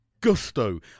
gusto